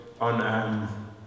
on